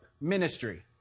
ministry